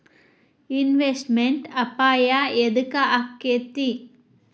Investment ಅಪಾಯಾ ಯದಕ ಅಕ್ಕೇತಿ?